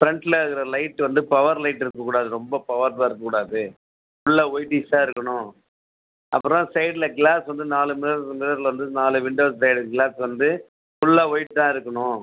ஃபிரண்ட்டில் இருக்கிற லைட் வந்து power light இருக்கக்கூடாது ரொம்ப பவர்டா இருக்கக்கூடாது ஃபுல்லாக ஒயிட்டீஸ்ஸாக இருக்கணும் அப்புறம் சைட்டில் கிளாஸ் வந்து நாலு மிரர் வந்து மிரரில் வந்து நாலு விண்டோஸ் பேரிங் கிளாஸ் வந்து ஃபுல்லாக ஒய்ட் தான் இருக்கணும்